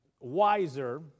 wiser